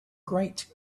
great